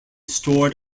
stored